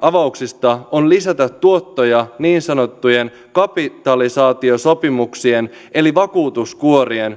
avauksista on lisätä tuottoja niin sanottujen kapitalisaatiosopimuksien eli vakuutuskuorien